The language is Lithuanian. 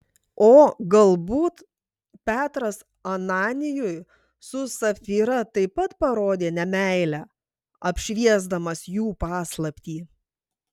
o galbūt petras ananijui su sapfyra taip pat parodė nemeilę apšviesdamas jų paslaptį